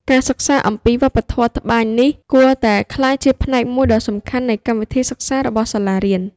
ការសិក្សាអំពីវប្បធម៌ត្បាញនេះគួរតែក្លាយជាផ្នែកមួយដ៏សំខាន់នៃកម្មវិធីសិក្សារបស់សាលារៀន។